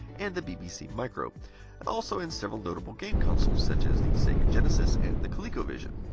and the bbc micro, and also in several notable game consoles such as the sega genesis, and the colecovision.